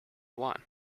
one